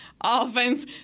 offense